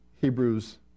Hebrews